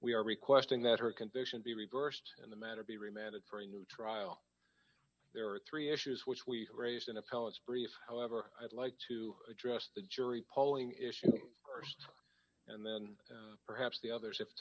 we are requesting that her condition be reversed and the matter be remanded for a new trial there are three issues which we raised in the pellets brief however i'd like to address the jury polling issue and then perhaps the others